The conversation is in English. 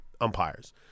umpires